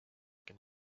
que